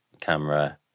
camera